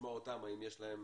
לשמוע אותם, האם יש להם